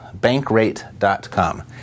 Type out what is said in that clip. bankrate.com